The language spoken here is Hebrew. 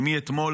שמאתמול,